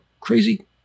crazy